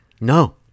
No